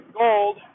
gold